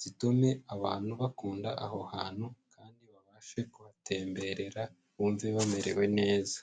zitume abantu bakunda aho hantu, kandi babashe kuhatemberera bumve bamerewe neza.